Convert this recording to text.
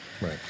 Right